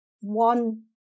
one